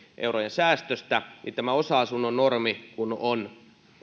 eurojen säästöstä kun tämä osa asunnon normi on